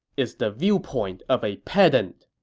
is the viewpoint of a pedant!